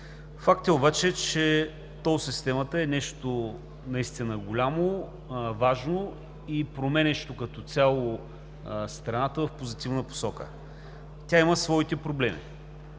Факт е обаче, че тол системата е нещо наистина голямо, важно и променящо като цяло страната в позитивна посока. Тя има своите проблеми,